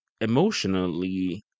emotionally